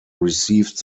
received